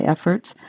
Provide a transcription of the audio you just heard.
efforts